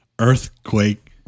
Earthquake